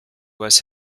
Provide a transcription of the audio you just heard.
was